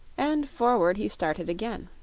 and forward he started again.